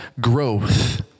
growth